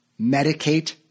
medicate